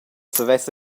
savess